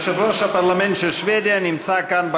יושב-ראש הפרלמנט של שבדיה נמצא כאן,